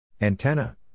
Antenna